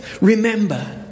remember